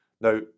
Now